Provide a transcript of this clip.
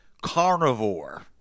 carnivore